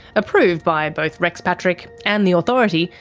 approved by both rex patrick and the authority,